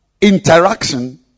interaction